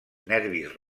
nervis